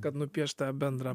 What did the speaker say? kad nupiešt tą bendrą